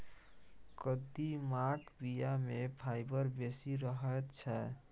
कदीमाक बीया मे फाइबर बेसी रहैत छै